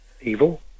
evil